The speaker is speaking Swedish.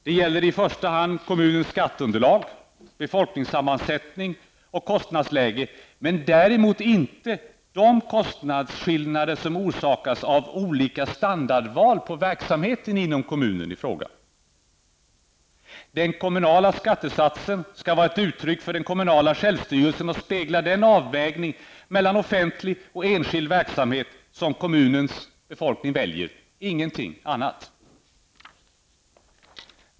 Det gäller i första hand kommunens skatteunderlag, befolkningssammansättning och kostnadsläge men däremot inte de kostnadsskillnader som orsakas av olika standardval för verksamheten inom kommunerna. Den kommunala skattesatsen skall vara ett uttryck för den kommunala självstyrelsen och spegla den avvägning mellan offentlig och enskild verksamhet som kommunens befolkning väljer -- ingenting annat.